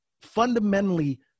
fundamentally